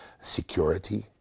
security